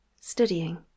studying